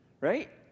right